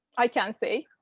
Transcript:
i can see,